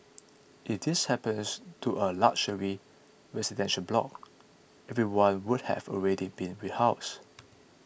if this happens to a luxury residential block everyone would have already been rehoused